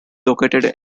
located